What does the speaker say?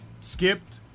Skipped